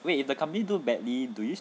wait the company do badly do you